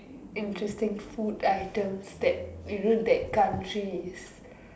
interesting food items that you know that country is